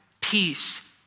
peace